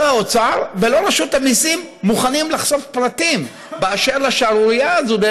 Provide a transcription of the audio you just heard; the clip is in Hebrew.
לא האוצר ולא רשות המיסים מוכנים לחשוף פרטים על השערורייה הזאת,